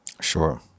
Sure